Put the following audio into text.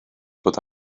bod